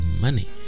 money